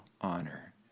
honor